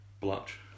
blotch